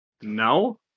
No